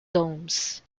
domes